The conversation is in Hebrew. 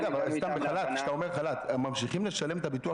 כשאתה אומר חל"ת ממשיכים לשלם את הביטוח